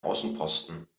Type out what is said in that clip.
außenposten